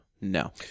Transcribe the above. No